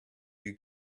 you